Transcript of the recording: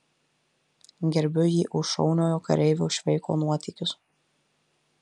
gerbiu jį už šauniojo kareivio šveiko nuotykius